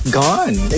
gone